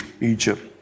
Egypt